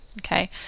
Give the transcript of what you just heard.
okay